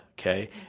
okay